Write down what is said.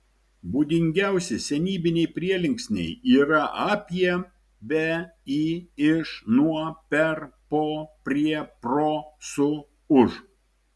būdingiausi senybiniai prielinksniai yra apie be į iš nuo per po prie pro su už